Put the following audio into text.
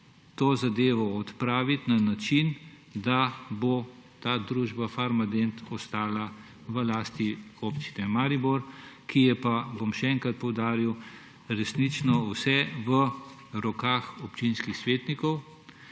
to zadevo odpraviti na način, da bo ta družba Farmadent ostala v lasti Občine Maribor, je pa, bom še enkrat poudaril, resnično vse v rokah občinskih svetnikov